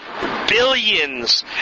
billions